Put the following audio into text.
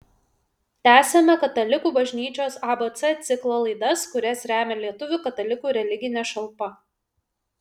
tęsiame katalikų bažnyčios abc ciklo laidas kurias remia lietuvių katalikų religinė šalpa